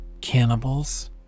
Cannibals